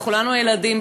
לכולנו ילדים,